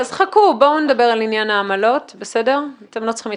אז יותר משתלם להם לעשות הוצאות זה נאו-קלאסיקה.